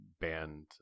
band